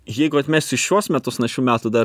jeigu atmesi šiuos metus na šių metų dar